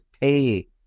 pay